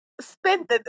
spend